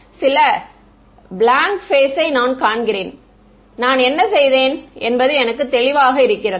சில blank spaces யை நான் காண்கிறேன் நான் என்ன செய்தேன் என்பது எனக்கு தெளிவாக இருக்கிறதா